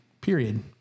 period